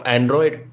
Android